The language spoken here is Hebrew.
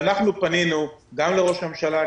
אנחנו פנינו גם לראש הממשלה,